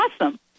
awesome